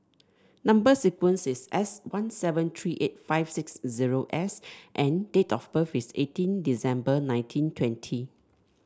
number sequence is S one seven three eight five six zero S and date of birth is eighteen December nineteen twenty